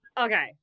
Okay